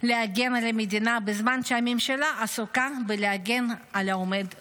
להגן על המדינה בזמן שהממשלה עסוקה בלהגן על העומד בראשה.